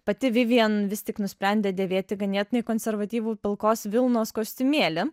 pati vivjen vis tik nusprendė dėvėti ganėtinai konservatyvų pilkos vilnos kostiumėlį